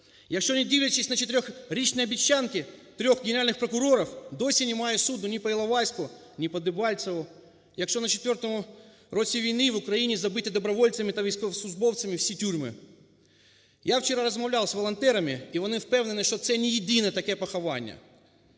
Якщо, не дивлячись на чотирьохрічні обіцянки трьох генеральних прокурорів, досі немає суду ні по Іловайську, ні по Дебальцевому, якщо на четвертому році війни в Україні забиті добровольцями та військовослужбовцями всі тюрми. Я вчора розмовляв з волонтерами, і вони впевнені, що це не єдине таке поховання.